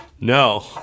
No